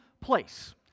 place